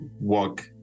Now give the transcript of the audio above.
walk